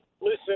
Listen